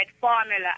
formula